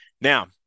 Now